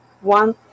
one